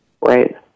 right